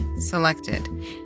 selected